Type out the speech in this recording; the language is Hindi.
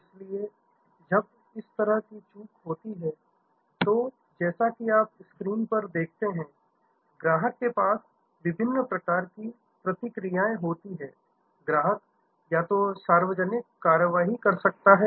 इसलिए जब इस तरह की चूक होती है तो जैसा कि आप स्क्रीन पर देखते हैं ग्राहक के पास विभिन्न प्रकार की प्रतिक्रियाएं होती हैं ग्राहक या तो सार्वजनिक कार्रवाई कर सकता है